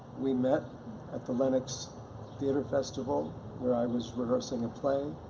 we met at the lenox theater festival where i was rehearsing a play,